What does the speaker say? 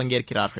பங்கேற்கிறார்கள்